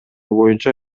боюнча